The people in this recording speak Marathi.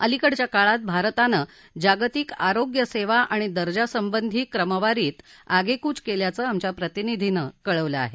अलिकडच्या काळात भारतानं जागतिक आरोग्यसेवा आणि दर्जासंबंधी क्रमवारीत आगेकूच केल्याचं आमच्या प्रतिनिधीनं कळवलं आहे